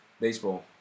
Baseball